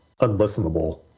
unlistenable